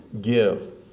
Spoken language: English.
give